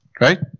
Right